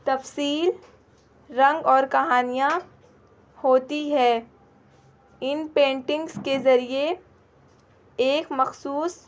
تفصیل رنگ اور کہانیاں ہوتی ہے ان پینٹنگس کے ذریعے ایک مخصوص